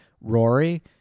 Rory